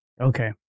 Okay